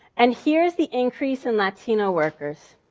and here's the increase in latino workers.